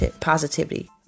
positivity